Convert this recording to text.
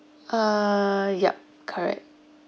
uh yup correct